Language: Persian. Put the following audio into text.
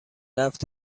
رفت